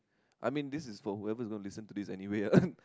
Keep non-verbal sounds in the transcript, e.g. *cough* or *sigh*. I mean this is for whoever's going to listen to this anyway ah *laughs*